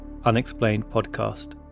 unexplainedpodcast